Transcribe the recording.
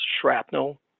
shrapnel